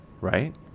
right